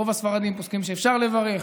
רוב הספרדים פוסקים שאפשר לברך,